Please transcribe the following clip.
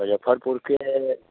मझफ्फरपुरके